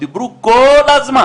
דיברו כל הזמן